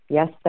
Yes